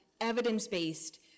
evidence-based